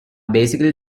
basically